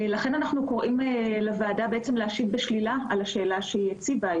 אנחנו קוראים לוועדה להשיב בשלילה על השאלה שבכותרת